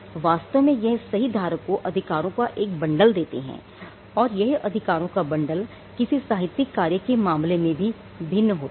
वास्तव में यह सही धारक को अधिकारों का एक बंडल देते हैं और यह अधिकारों का बंडल किसी साहित्यिक कार्य के मामले में भी भिन्न होता है